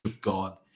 God